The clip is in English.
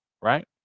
right